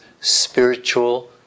spiritual